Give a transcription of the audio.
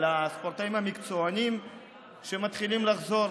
על הספורטאים המקצוענים שמתחילים לחזור,